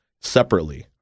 separately